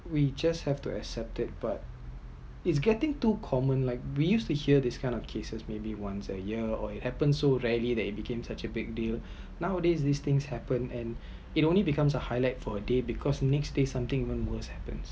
we just have to accept it but it’s getting too common like we use to hear these kind of cases maybe once a year or it happened so rarely that it become such a big deal nowadays this thing happens and it only becomes a highlight for a day because next days something even worst happened